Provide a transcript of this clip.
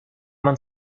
man